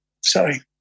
sorry